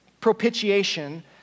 propitiation